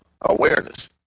awareness